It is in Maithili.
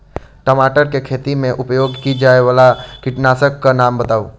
टमाटर केँ खेती मे उपयोग की जायवला कीटनासक कऽ नाम बताऊ?